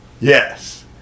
Yes